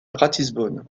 ratisbonne